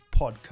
podcast